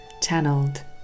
channeled